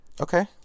okay